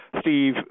Steve